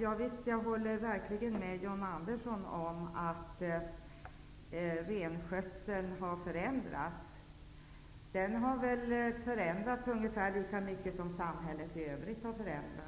Jag håller verkligen med John Andersson om att renskötseln har förändrats till sin karaktär. Den har väl förändrats ungefär lika mycket som samhället i övrigt. Det finns numera